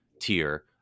tier